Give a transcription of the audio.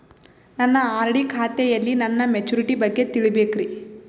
ನನ್ನ ಆರ್.ಡಿ ಖಾತೆಯಲ್ಲಿ ನನ್ನ ಮೆಚುರಿಟಿ ಬಗ್ಗೆ ತಿಳಿಬೇಕ್ರಿ